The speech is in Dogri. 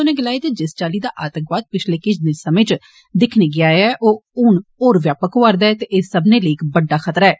उनें गलाया जे जिस चाल्ली दा आतंकवाद पिच्छले किष समें च दिक्खेआ गेआ ऐ ओ हून होर व्यापक होआ'रदा ऐ ते एह सब्बे लेई इक बड्डा खतरा ऐ